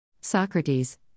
Socrates